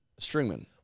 stringman